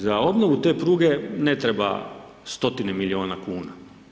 Za obnovu te pruge ne treba stotine milijuna kuna.